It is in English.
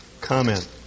comment